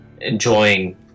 enjoying